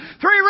Three